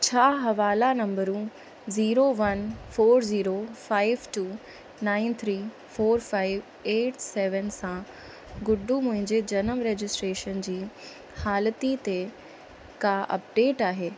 छा हवाला number zero one four zero five two nine three four five eight seven सां गॾु मुंहिंजे जन्म रजिस्ट्रेशन जी हालति ते को अपडेट आहे